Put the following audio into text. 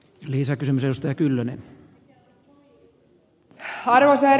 arvoisa herra puhemies